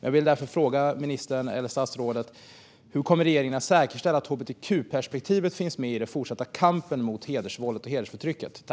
Jag vill därför fråga statsrådet: Hur kommer regeringen att säkerställa att hbtq-perspektivet finns med i den fortsatta kampen mot hedersvåldet och hedersförtrycket?